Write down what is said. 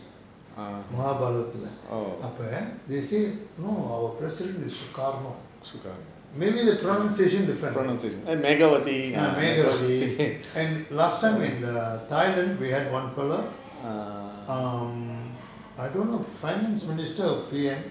மகாபாரதத்துல அப்ப:mahabarathathula appe they say no our president is sukarno maybe the pronounciation different ah megawati and last time in the thailand we had one fellow um I don't know finance minister or P_M